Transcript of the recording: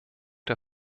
der